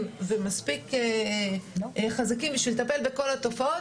ומספיק חזקים בשביל לטפל בכל התופעות?